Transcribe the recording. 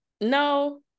no